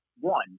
one